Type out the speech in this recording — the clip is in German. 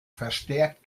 verstärkt